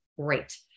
Great